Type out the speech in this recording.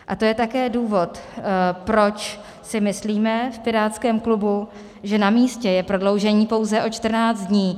A to je také důvod, proč si myslíme v pirátském klubu, že namístě je prodloužení pouze o 14 dní.